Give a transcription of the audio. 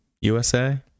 USA